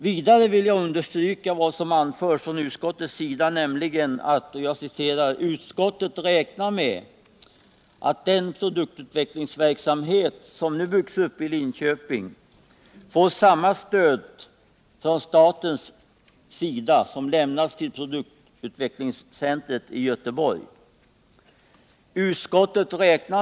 Vidare vill jag understryka vad som anförs från utskottets sida, då det skriver: ”Mot denna bakgrund räknar utskottet med att den produktutvecklingsverksamhet som nu byggs ut i Linköping får samma stöd från staten som lämnas till produktutvecklingscentret i Göteborg.